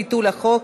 ביטול החוק),